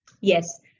Yes